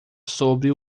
sobre